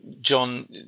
John